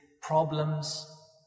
problems